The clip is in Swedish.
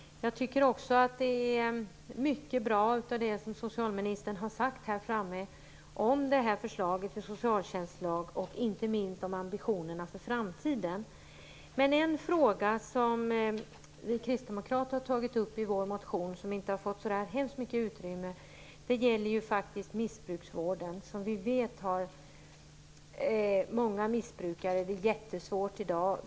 Fru talman! Jag tycker också att mycket av det som socialministern här framme har sagt om förslaget till socialtjänstlag är mycket bra. Det gäller inte minst ambitionerna för framtiden. Men det finns en fråga som vi kristdemokrater har tagit upp i vår motion och som inte har fått så där hemskt mycket utrymme. Det gäller missbruksvården. Vi vet att många missbrukare har det jättesvårt i dag.